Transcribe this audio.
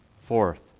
Fourth